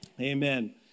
amen